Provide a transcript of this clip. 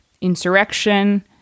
insurrection